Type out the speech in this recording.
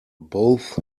both